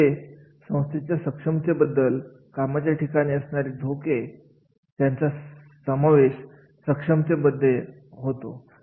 आणि हे आहे संस्थेच्या सक्षमते बद्दल कामाचे ठिकाणी असणारे धोके यांचा समावेश सक्षमते मध्ये होतो